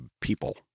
people